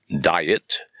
diet